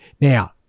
now